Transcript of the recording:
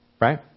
Right